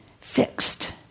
fixed